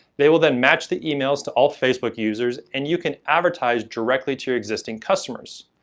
they will then match the emails to all facebook users, and you can advertise directly to your existing customers.